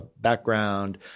background